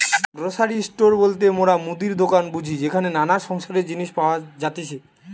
grocery store বলতে মোরা মুদির দোকান বুঝি যেখানে নানা সংসারের জিনিস পাওয়া যাতিছে